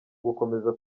gukomeza